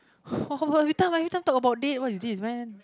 every time why every time talk about date what is this man